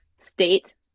state